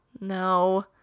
No